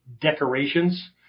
decorations